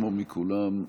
כמו מכולם,